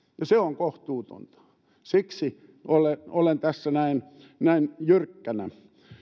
se on kohtuutonta siksi olen tässä näin jyrkkänä